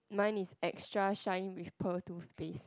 mine is extra shine with pearl toothpaste